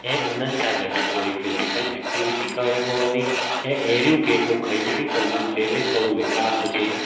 ऐं उन्हनि सां गॾु थोरी फिजिकल एक्टिविटी करिणी पवंदी ऐं अहिड़ियूं गेमूं खेॾणी पवंदियूं जंहिंमें थोरो विकास हुजे